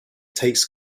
takes